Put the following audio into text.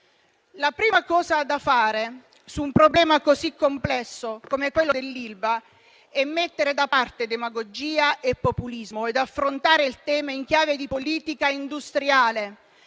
La prima cosa da fare, su un problema così complesso come quello dell'Ilva, è mettere da parte demagogia e populismo e affrontare il tema in chiave di politica industriale.